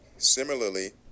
Similarly